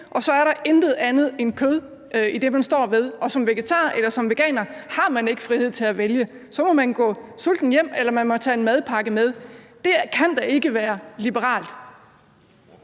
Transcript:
og så er der intet andet end kød i det, man står over for. Og som vegetar eller som veganer har man ikke frihed til at vælge. Så må man gå sulten hjem, eller man må tage en madpakke med. Det kan da ikke være liberalt.